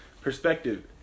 perspective